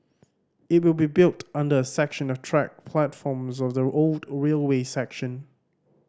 it will be built under a section of track platforms of the old railway section